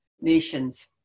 Nations